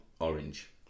Orange